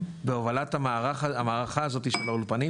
בהובלת המערכה של האולפנים,